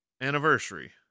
anniversary